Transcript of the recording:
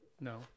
no